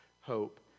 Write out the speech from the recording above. hope